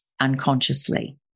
unconsciously